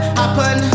happen